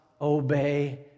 obey